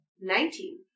Nineteen